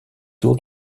tour